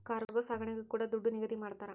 cargo ಸಾಗಣೆಗೂ ಕೂಡ ದುಡ್ಡು ನಿಗದಿ ಮಾಡ್ತರ